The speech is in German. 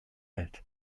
hält